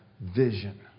vision